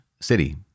city